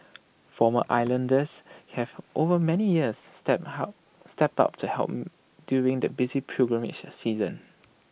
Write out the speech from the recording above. former islanders have over many years stepped help stepped up to help during the busy pilgrimage season